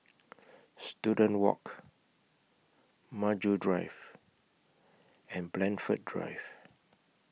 Student Walk Maju Drive and Blandford Drive